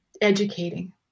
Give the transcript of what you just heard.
educating